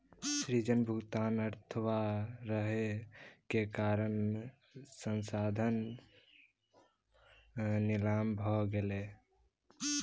ऋण भुगतान में असमर्थ रहै के कारण संस्थान नीलाम भ गेलै